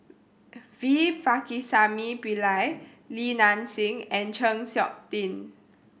V Pakirisamy Pillai Li Nanxing and Chng Seok Tin